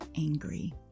angry